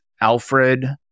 Alfred